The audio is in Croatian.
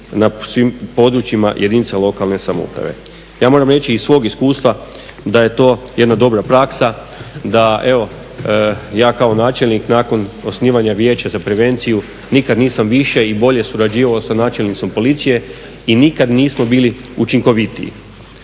na svim područjima jedinice lokalne samouprave. Ja moram reći iz svog iskustva da je to jedna dobra praksa, da evo ja kao načelnik nakon osnivanja vijeća za prevenciju nikad nisam više i bolje surađivao sa načelnicom policije i nikad nismo bili učinkovitiji.